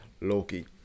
Loki